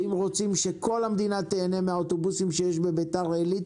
ואם רוצים שכל המדינה תיהנה מהאוטובוסים שיש בביתר עילית